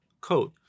code